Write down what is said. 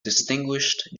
distinguished